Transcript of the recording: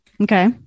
Okay